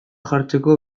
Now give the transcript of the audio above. jartzeko